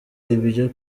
ibyo